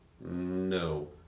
No